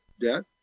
debt